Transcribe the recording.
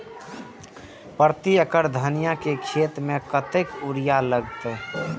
प्रति एकड़ धनिया के खेत में कतेक यूरिया लगते?